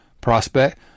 prospect